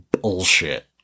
bullshit